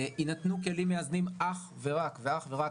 יינתנו כלים מאזנים אך ורק ואך ורק